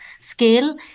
scale